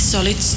Solid